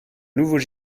nouveaux